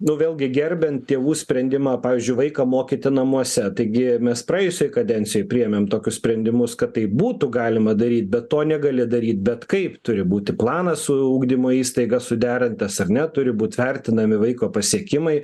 nu vėlgi gerbiant tėvų sprendimą pavyzdžiui vaiką mokyti namuose taigi mes praėjusioj kadencijoj priėmėm tokius sprendimus kad taip būtų galima daryti be to negali daryt bet kaip turi būti planas su ugdymo įstaiga suderintas ar ne turi būti vertinami vaiko pasiekimai